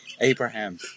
Abraham